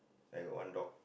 I got one dog